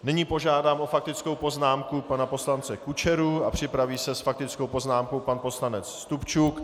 Nyní požádám o faktickou poznámku pana poslance Kučeru, připraví se s faktickou poznámkou pan poslanec Stupčuk.